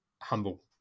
humble